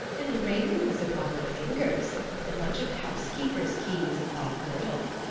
and rings upon thy fingers. and a bunch of housekeeper's keys in thy girdle.